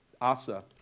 Asa